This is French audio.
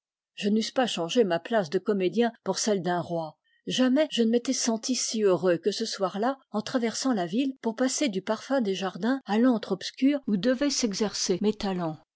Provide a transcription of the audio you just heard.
je n'eusse pas changé ma place de comédien pour celle d'un roi jamais je ne m'étais senti si heureux que ce soir-là en traversant la ville pour passer du parfum des jardins à l'antre obscur où devaient s'exercer mes talens